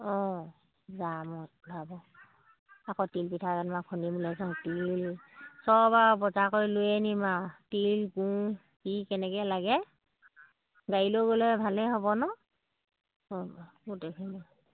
অঁ যাম মই ওলাব আকৌ তিল পিঠা যেনিবা খুন্দিম তিল সব আৰু বজাৰ কৰি লৈ আনিম আৰু তিল গুড় কি কেনেকৈ লাগে গাড়ী লৈ গ'লে ভালেই হ'ব নহ্ অ' গোটেইখিনি